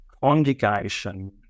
conjugation